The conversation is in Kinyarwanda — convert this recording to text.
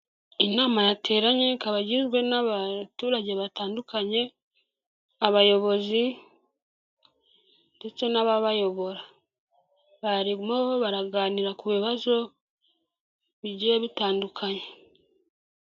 Inama yateranye, ikaba igizwe n'abaturage batandukanye, abayobozi ndetse n'ababayobora. Barimo baraganira ku bibazo bigiye bitandukanye.